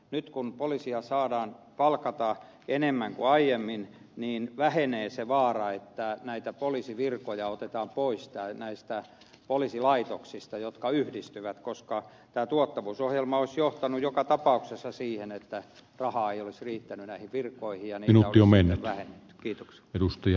nyt kun poliiseja saadaan palkata enemmän kuin aiemmin vähenee se vaara että näitä poliisivirkoja otetaan pois näistä poliisilaitoksista jotka yhdistyvät koska tämä tuottavuusohjelma olisi johtanut joka tapauksessa siihen että rahaa ei olisi riittänyt näihin virkoihin ja niitä olisi sitten vähennetty